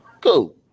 cool